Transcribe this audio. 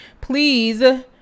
Please